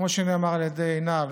וכמו שנאמר על ידי עינב,